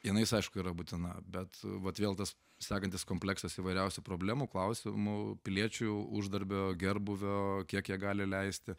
jinais aišku yra būtina bet vat vėl tas sekantis kompleksas įvairiausių problemų klausimų piliečių uždarbio gerbūvio kiek jie gali leisti